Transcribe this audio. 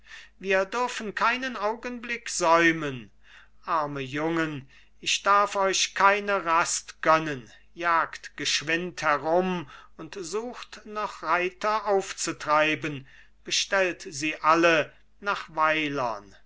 wir dürfen keinen augenblick säumen arme jungen ich darf euch keine rast gönnen jagt geschwind herum und sucht noch reiter aufzutreiben bestellt sie alle nach weilern